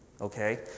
okay